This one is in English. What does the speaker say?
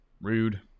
Rude